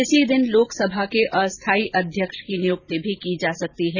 इसी दिन लोकसभा के अस्थाई अध्यक्ष की नियुक्ति भी की जा सकती है